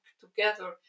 together